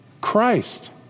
Christ